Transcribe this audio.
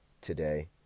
today